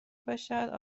پاشد